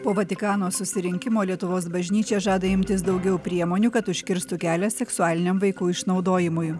po vatikano susirinkimo lietuvos bažnyčia žada imtis daugiau priemonių kad užkirstų kelią seksualiniam vaikų išnaudojimui